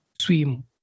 swim